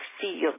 feel